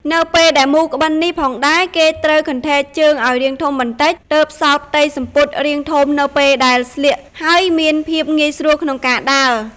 នៅពេលដែលមូរក្បិននេះផងដែរគេត្រូវកន្ធែកជើងឲ្យរាងធំបន្តិចទើបសល់ផ្ទៃសំពត់រាងធំនៅពេលដែលស្លៀកហើយមានភាពងាយស្រួលក្នុងការដើរ។